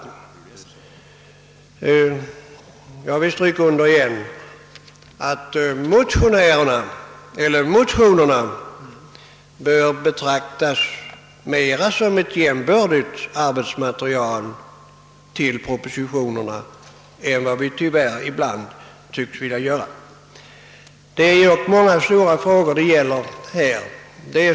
Jag vill understryka att vi bör betrakta motionerna som ett med propositionerna jämbördigt arbetsmaterial i större utsträckning än vad vi ibland tycks vilja göra. Det är många svåra frågor som vi skall ta ställning till.